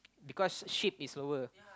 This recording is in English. because ship is slower